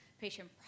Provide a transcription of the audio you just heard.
patient